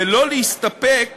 ולא להסתפק